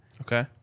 Okay